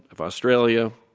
of australia,